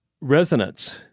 resonance